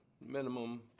Minimum